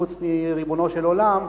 חוץ מריבונו של עולם,